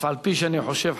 אף-על-פי שאני חושב,